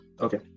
Okay